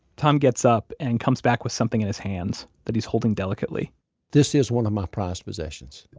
tom gets up and comes back with something in his hands that he's holding delicately this is one of my prized possessions.